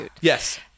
Yes